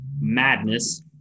madness